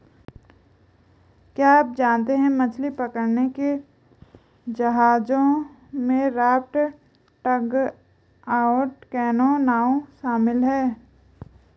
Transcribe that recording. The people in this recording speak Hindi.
क्या आप जानते है मछली पकड़ने के जहाजों में राफ्ट, डगआउट कैनो, नावें शामिल है?